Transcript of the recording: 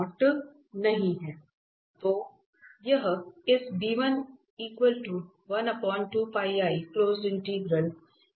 तो यह इस के लिए एक सरल इंटीग्रल है